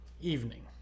Evening